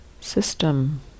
system